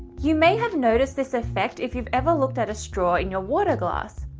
you may have noticed this effect if you've ever looked at a straw in your water glass.